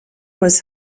was